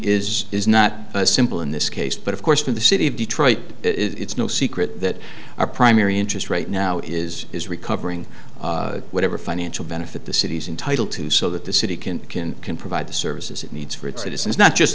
is is not a simple in this case but of course for the city of detroit it's no secret that our primary interest right now is is recovering whatever financial benefit the city's entitle to so that the city can can can provide the services it needs for its citizens not just